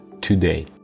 today